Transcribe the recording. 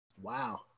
Wow